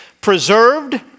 preserved